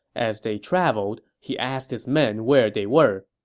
as they traveled, he asked his men where they were.